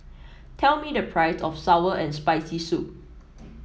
tell me the price of sour and Spicy Soup